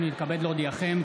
אני מתכבד להודיעכם,